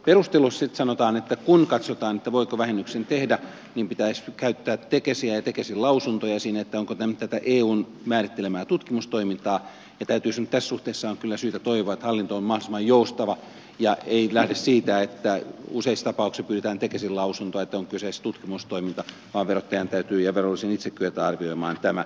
perustellusti sitten sanotaan että kun katsotaan voiko vähennyksen tehdä niin pitäisi käyttää tekesiä ja tekesin lausuntoja siinä onko tämä nyt tätä eun määrittelemää tutkimustoimintaa ja täytyy sanoa että tässä suhteessa on kyllä syytä toivoa että hallinto on mahdollisimman joustava ja ei lähde siitä että useissa tapauksissa pyydetään tekesin lausuntoa siitä onko kyseessä tutkimustoiminta vaan verottajan ja verollisen täytyy itse kyetä arvioimaan tämä